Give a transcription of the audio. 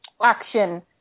action